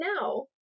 now